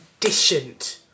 conditioned